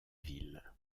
ville